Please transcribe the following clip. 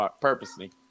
purposely